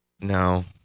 No